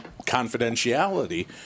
confidentiality